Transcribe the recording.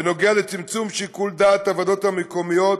בנוגע לצמצום שיקול דעת הוועדות המקומיות,